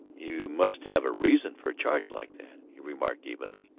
you must have a reason for a charge like that, he remarked evenly.